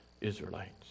Israelites